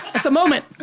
it's a moment.